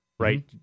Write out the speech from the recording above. Right